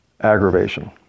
aggravation